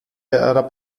era